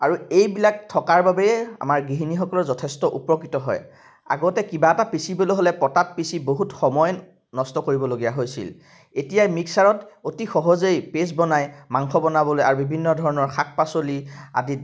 আৰু এইবিলাক থকাৰ বাবে আমাৰ গৃহিণীসকলৰ যথেষ্ট উপকৃত হয় আগতে কিবা এটা পিচিবলৈ হ'লে পটাত পিচি বহুত সময় নষ্ট কৰিবলগীয়া হৈছিল এতিয়া মিক্সাৰত অতি সহজেই পেষ্ট বনাই মাংস বনাবলৈ আৰু বিভিন্ন ধৰণৰ শাক পাচলি আদিত